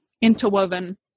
interwoven